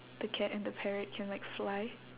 the cat and the parrot can like fly